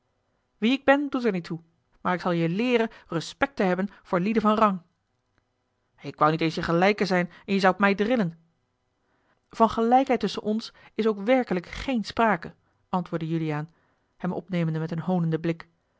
wie ik ben doet er niet toe maar ik zal je leeren respect te hebben voor lieden van rang ik wou niet eens je gelijke zijn en je zoudt mij drillen van gelijkheid tusschen ons is ook werkelijk geen sprake antwoordde juliaan hem opnemende met een hoonenden blik